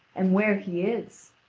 and where he is.